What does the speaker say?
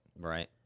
Right